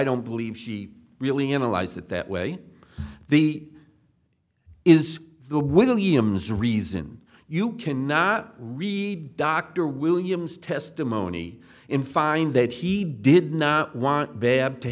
don't believe she really analyzed it that way the is the williams reason you cannot read dr williams testimony in find that he did not want